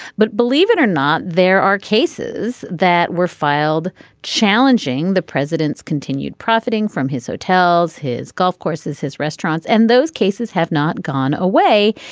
but believe it or not there are cases that were filed challenging the president's continued profiting from his hotels his golf courses his restaurants and those cases have not gone away.